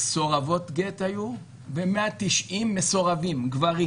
מסורבות גט ו-190 מסורבים גברים.